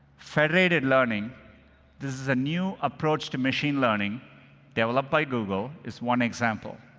federated learning this is a new approach to machine learning developed by google is one example.